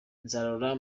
nzarora